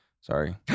Sorry